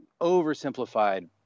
oversimplified